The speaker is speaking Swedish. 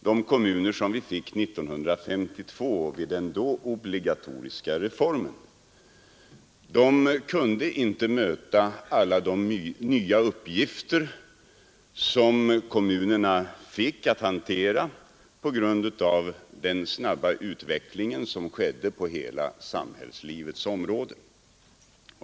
De kommuner som vi fick 1952 vid den då obligatoriska reformen kunde inte möta alla de nya uppgifter som kommunerna fick att hantera genom den snabba utvecklingen på hela Nr 50 samhällslivets område.